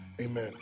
amen